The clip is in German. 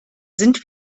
sind